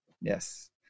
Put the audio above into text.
Yes